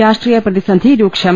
രാഷ്ട്രീയ പ്രതി സന്ധി രൂക്ഷം